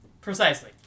Precisely